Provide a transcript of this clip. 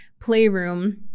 playroom